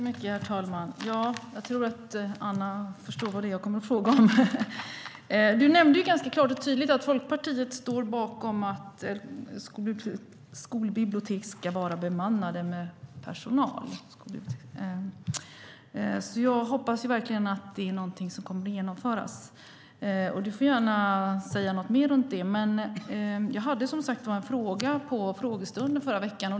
Herr talman! Jag tror att Anna Steele förstår vad jag kommer att fråga om. Du nämnde ganska klart och tydligt att Folkpartiet står bakom att skolbibliotek ska vara bemannade med personal. Jag hoppas därför att det verkligen är någonting som kommer att genomföras. Du får gärna säga någonting mer om det. Jag ställde, som sagt, en fråga vid frågestunden i förra veckan.